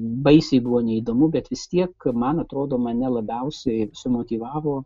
baisiai buvo neįdomu bet vis tiek man atrodo mane labiausiai sumotyvavo